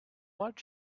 what